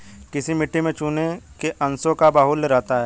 किस मिट्टी में चूने के अंशों का बाहुल्य रहता है?